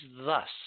thus